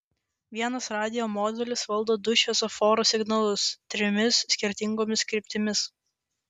vienas radijo modulis valdo du šviesoforo signalus trimis skirtingomis kryptimis